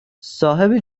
صاحب